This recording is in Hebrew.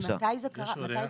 מתי זה קרה?